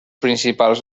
principals